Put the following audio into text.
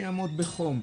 שיעמוד בחום,